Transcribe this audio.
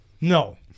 No